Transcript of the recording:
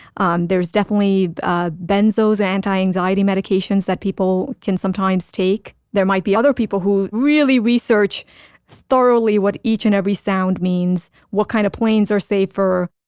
um there's definitely benzos, anti-anxiety medications that people can sometimes take there might be other people who really research thoroughly what each and every sound means, what kind of planes are safer.